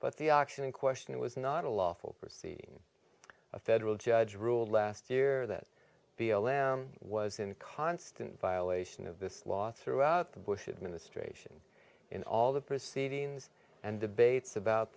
but the action in question was not a lawful proceeding a federal judge ruled last year that b l m was in constant violation of this law throughout the bush administration in all the proceedings and debates about